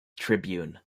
tribune